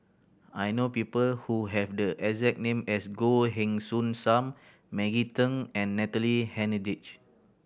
I know people who have the exact name as Goh Heng Soon Sam Maggie Teng and Natalie Hennedige